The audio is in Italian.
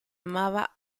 amava